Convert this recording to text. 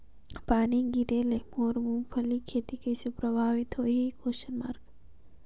पानी गिरे ले मोर मुंगफली खेती कइसे प्रभावित होही?